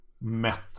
met